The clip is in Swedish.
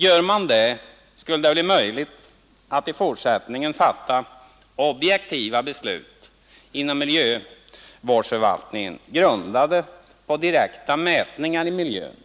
Gör man det blir det möjligt att i fortsättningen inom miljövårdsförvaltningen fatta objektiva beslut, grundade på direkta mätningar i miljön,